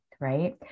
Right